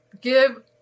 give